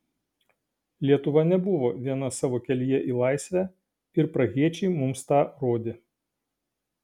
lietuva nebuvo viena savo kelyje į laisvę ir prahiečiai mums tą rodė